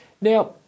Now